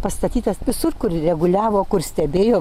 pastatytas visur kur reguliavo kur stebėjo